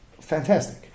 Fantastic